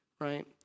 Right